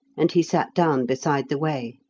and he sat down beside the way.